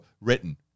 written